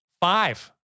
Five